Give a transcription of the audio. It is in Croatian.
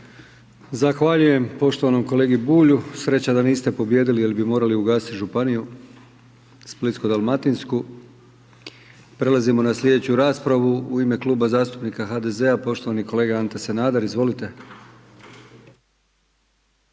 Zahvaljujem poštovanom kolegi Bulju. Sreća da niste pobijedili jer bi morali ugasiti Županiju splitsko-dalmatinsku. Prelazimo na sljedeću raspravu. U ime Kluba zastupnika HDZ-a poštovani kolega Ante Sanader. Izvolite.